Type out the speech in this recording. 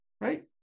right